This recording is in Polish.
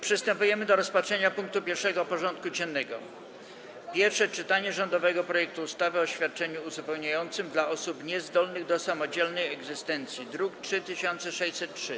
Przystępujemy do rozpatrzenia punktu 1. porządku dziennego: Pierwsze czytanie rządowego projektu ustawy o świadczeniu uzupełniającym dla osób niezdolnych do samodzielnej egzystencji (druk nr 3603)